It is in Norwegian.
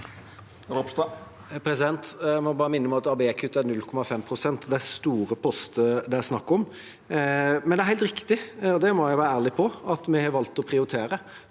Jeg må bare minne om at ABE-kuttet er på 0,5 pst., og det er store poster det er snakk om, men det er helt riktig, og det må jeg være ærlig på, at vi har valgt å prioritere.